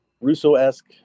Russo-esque